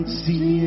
see